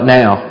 now